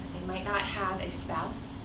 they might not have a spouse.